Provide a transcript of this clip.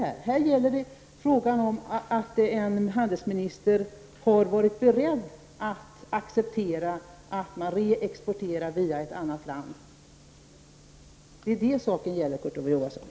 Här gäller det frågan om att en handelsminister har varit beredd att acceptera att man exporterar via ett annat land. Det är det saken gäller, Kurt Ove Johansson.